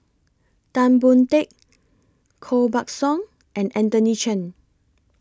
Tan Boon Teik Koh Buck Song and Anthony Chen